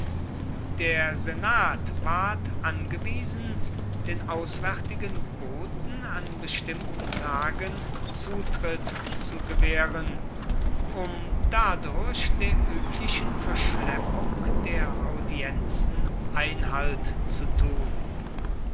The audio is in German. der senat ward angewiesen den auswärtigen boten an bestimmten tagen zutritt zu gewähren um dadurch der üblichen verschleppung der audienzen einhalt zu tun